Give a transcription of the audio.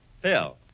Phil